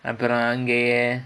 அப்புறம் அங்கேயே:appuram angayae